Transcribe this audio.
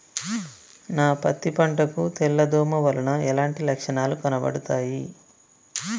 నా పత్తి పంట కు తెల్ల దోమ వలన ఎలాంటి లక్షణాలు కనబడుతాయి?